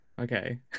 okay